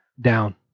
down